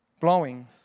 blowing